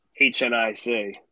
HNIC